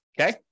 okay